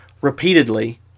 repeatedly